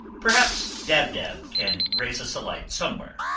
perhaps dab-dab can raise us a light somewhere.